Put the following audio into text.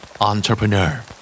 Entrepreneur